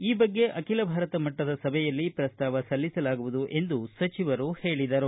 ಈ ಬಗ್ಗೆ ಅಖಿಲ ಭಾರತ ಮಟ್ಟದ ಸಭೆಯಲ್ಲಿ ಪ್ರಸ್ತಾವ ಸಲ್ಲಿಸಲಾಗುವುದು ಎಂದು ಸಚಿವರು ಹೇಳಿದರು